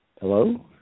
Hello